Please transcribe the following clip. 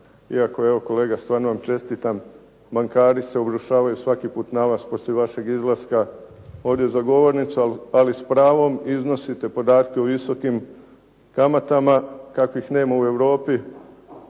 iako evo kolega stvarno vam čestitam, bankari se obrušavaju svaki put na vas poslije vašeg izlaska ovdje za govornicu, ali s pravom iznosite podatke o visokim kamatama kakvih nema u Europi,